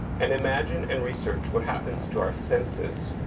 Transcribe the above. and imagine and research what happens to our senses.